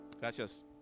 Gracias